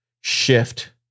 shift